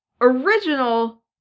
original